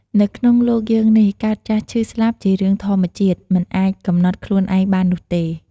នៅក្នុងលោកយើងនេះកើតចាស់ឈឺស្លាប់ជារឿងធម្មជាតិមិនអាចកំណត់ខ្លួនឯងបាននោះទេ។